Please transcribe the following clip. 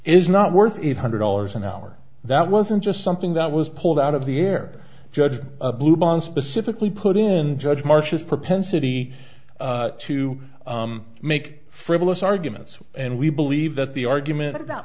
is not worth eight hundred dollars an hour that wasn't just something that was pulled out of the air judge a blue bond specifically put in judge march's propensity to make frivolous arguments and we believe that the argument